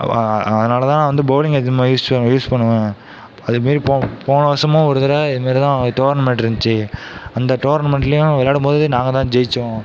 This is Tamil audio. அதனால் தான் நான் வந்து பவுலிங் யூஸ் பண்ணுவேன் அது மாதிரி போன வருஷமும் ஒரு தடவை இது மாதிரி தான் டோர்னமெண்ட் இருந்துச்சு அந்த டோர்னமெண்ட்லையும் விளையாடும் போது நாங்கள் தான் ஜெயிச்சோம்